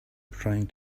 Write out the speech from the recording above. praying